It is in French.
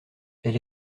elle